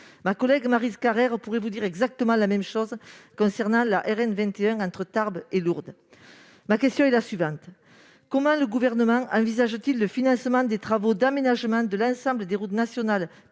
Ma collègue Maryse Carrère pourrait vous dire exactement la même chose concernant la RN 21 entre Tarbes et Lourdes. Monsieur le secrétaire d'État, comment le Gouvernement envisage-t-il le financement des travaux d'aménagement de l'ensemble des routes nationales